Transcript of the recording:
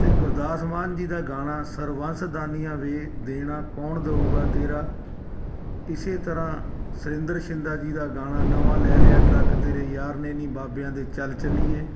ਅਤੇ ਗੁਰਦਾਸ ਮਾਨ ਜੀ ਦਾ ਗਾਣਾ ਸਰਬੰਸਦਾਨੀਆਂ ਵੇ ਦੇਣਾ ਕੌਣ ਦਊਗਾ ਤੇਰਾ ਇਸੇ ਤਰ੍ਹਾਂ ਸੁਰਿੰਦਰ ਸ਼ਿੰਦਾ ਜੀ ਦਾ ਗਾਣਾ ਨਵਾਂ ਲੈ ਲਿਆ ਟਰੱਕ ਤੇਰੇ ਯਾਰ ਨੇ ਨੀ ਬਾਬਿਆਂ ਦੇ ਚੱਲ ਚੱਲੀਏ